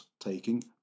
taking